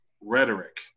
rhetoric